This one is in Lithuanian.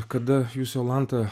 kada jūs jolanta